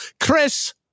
Chris